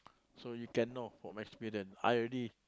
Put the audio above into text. so you can know from experience I already